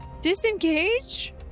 disengage